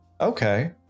Okay